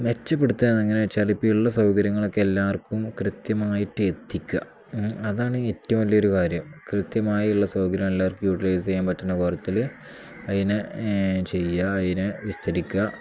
മെച്ചപ്പെടുത്തുന്നത് എങ്ങനെ വെച്ചാൽ ഇപ്പം ഉള്ള സൗകര്യങ്ങളൊക്കെ എല്ലാവർക്കും കൃത്യമായിട്ട് എത്തിക്കുക ഏ അതാണ് ഏറ്റവും വലിയൊരു കാര്യം കൃത്യമായുള്ള സൗകര്യം എല്ലാവർക്കും യൂട്ടിലൈസ് ചെയ്യാൻ പറ്റുന്ന തരത്തിൽ അതിനെ ചെയ്യുക അതിനെ വിസ്തരിക്കുക